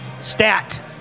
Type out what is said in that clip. Stat